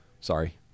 Sorry